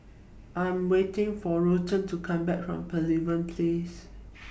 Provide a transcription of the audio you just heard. I Am waiting For Ruthanne to Come Back from Pavilion Place